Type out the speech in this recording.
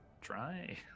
try